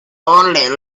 looking